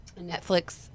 Netflix